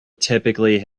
typically